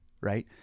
right